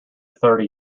thirty